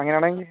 അങ്ങനാണെങ്കിൽ